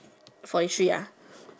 forty three ah